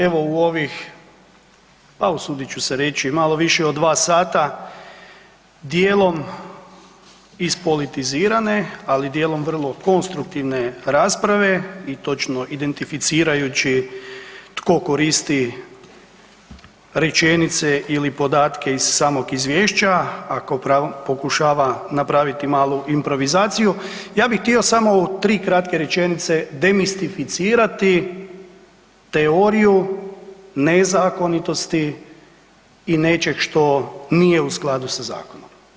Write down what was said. Evo u ovih pa usudit ću se reći, malo više od 2 sata djelom ispolitizirane ali djelom vrlo konstruktivne rasprave, i točno identificirajući tko koristi rečenice ili podatke iz samog izvješća, a ko pokušava napraviti malu improvizaciju, ja bih htio samo u tri kratke rečenice demistificirati teoriju nezakonitosti i nečeg što nije u skladu sa zakonom.